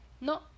no